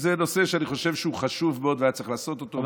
זה נושא שאני חושב שהוא חשוב מאוד והיה צריך לעשות אותו.